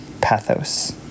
pathos